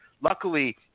luckily